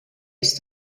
ist